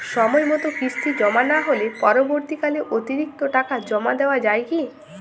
সময় মতো কিস্তি জমা না হলে পরবর্তীকালে অতিরিক্ত টাকা জমা দেওয়া য়ায় কি?